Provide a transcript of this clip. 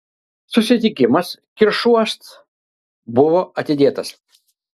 susitikimas kiršuos buvo atidėtas